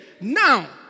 Now